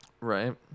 right